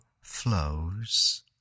flows